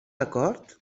acord